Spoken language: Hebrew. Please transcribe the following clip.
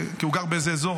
הוא גר באיזה אזור,